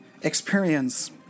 experience